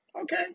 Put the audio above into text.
Okay